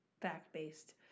fact-based